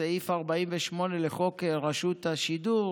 בסעיף 48 לחוק רשות השידור